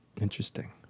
Interesting